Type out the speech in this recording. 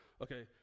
okay